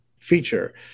feature